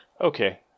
Okay